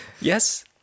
yes